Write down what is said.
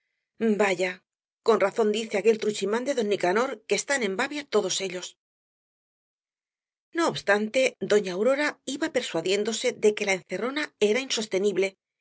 vaya con razón dice aquel truchimán de don nicanor que están en babia todos ellos no obstante doña aurora iba persuadiéndose de que la encerrona era insostenible